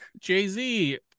jay-z